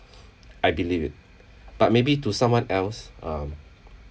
I believe it but maybe to someone else um